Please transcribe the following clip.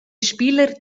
spieler